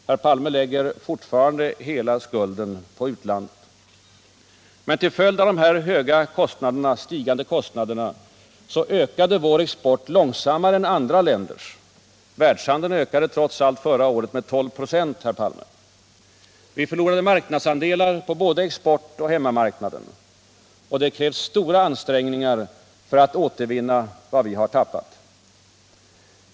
Herr Palme lägger fortfarande hela skulden på utlandet. Men till följd av de stigande kostnaderna ökade vår export långsammare än andra länders. Världshandeln ökade trots allt förra året med 12 26, herr Palme! Vi förlorade marknadsandelar på både exportoch hemmamarknaden. Det krävs stora ansträngningar för att återvinna vad vi tappat.